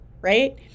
right